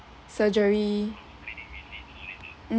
surgery mm